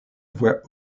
voit